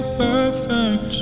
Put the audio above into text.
perfect